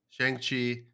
Shang-Chi